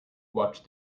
watch